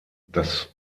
das